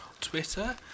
Twitter